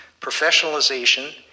professionalization